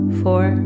four